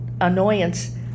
annoyance